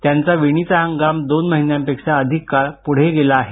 त्यांचा विणीचा हंगाम दोन महिन्यांपेक्षा अधिक काळ पुढे ढकलला आहे